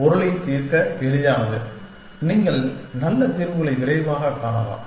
பொருளைத் தீர்க்க எளிதானது நீங்கள் நல்ல தீர்வுகளை விரைவாகக் காணலாம்